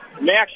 Max